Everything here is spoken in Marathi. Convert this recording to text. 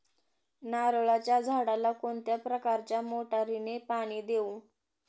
नारळाच्या झाडाला कोणत्या प्रकारच्या मोटारीने पाणी देऊ?